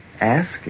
ask